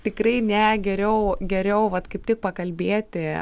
tikrai ne geriau geriau vat kaip tik pakalbėti